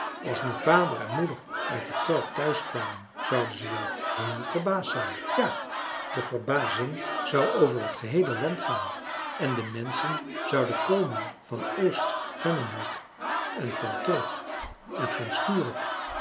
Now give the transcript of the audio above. als nu vader en moeder uit de kerk thuis kwamen zouden ze wel héél verbaasd zijn ja de verbazing zou over het geheele land gaan en de menschen zouden komen van oost vemmenhög en van torp en van skurup